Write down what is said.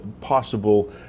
possible